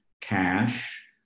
Cash